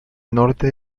norte